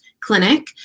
clinic